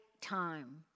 time